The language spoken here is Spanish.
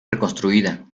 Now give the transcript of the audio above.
reconstruida